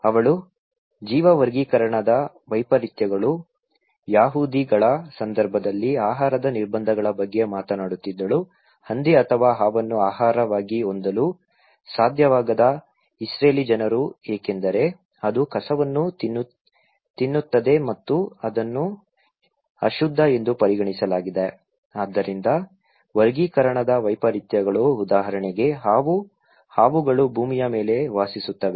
ಮತ್ತು ಅವಳು ಜೀವಿವರ್ಗೀಕರಣದ ವೈಪರೀತ್ಯಗಳು ಯಹೂದಿಗಳ ಸಂದರ್ಭದಲ್ಲಿ ಆಹಾರದ ನಿರ್ಬಂಧಗಳ ಬಗ್ಗೆ ಮಾತನಾಡುತ್ತಿದ್ದಳು ಹಂದಿ ಅಥವಾ ಹಾವನ್ನು ಆಹಾರವಾಗಿ ಹೊಂದಲು ಸಾಧ್ಯವಾಗದ ಇಸ್ರೇಲಿ ಜನರು ಏಕೆಂದರೆ ಅದು ಕಸವನ್ನು ತಿನ್ನುತ್ತದೆಮತ್ತು ಅದನ್ನು ಅಶುದ್ಧ ಎಂದು ಪರಿಗಣಿಸಲಾಗಿದೆ ಆದ್ದರಿಂದ ವರ್ಗೀಕರಣದ ವೈಪರೀತ್ಯಗಳು ಉದಾಹರಣೆಗೆ ಹಾವು ಹಾವುಗಳು ಭೂಮಿಯ ಮೇಲೆ ವಾಸಿಸುತ್ತವೆ